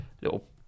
little